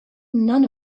none